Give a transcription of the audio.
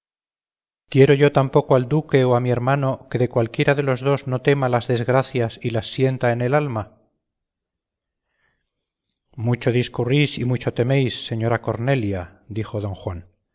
quiero yo tan poco al duque o a mi hermano que de cualquiera de los dos no tema las desgracias y las sienta en el alma mucho discurrís y mucho teméis señora cornelia dijo don juan